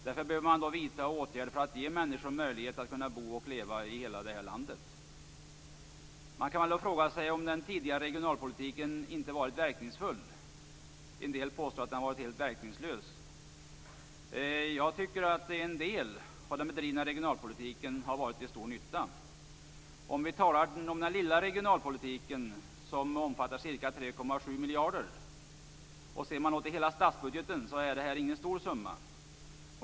Därför behöver man vidta åtgärder som ger människor möjlighet att bo och leva i hela det här landet. Man kan fråga sig om den tidigare regionalpolitiken inte varit verkningsfull. En del påstår att den har varit helt verkningslös. Jag tycker att en del av den bedrivna regionalpolitiken har varit till stor nytta. Den lilla regionalpolitiken har omfattat ca 3,7 miljarder. Sett i förhållande till hela statsbudgeten är det ingen stor summa.